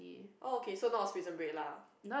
oh okay so not a Prison Break lah